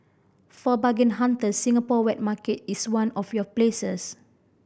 for bargain hunters Singapore wet market is one of your places